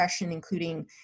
including